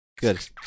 Good